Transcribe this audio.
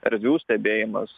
erdvių stebėjimas